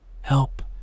Help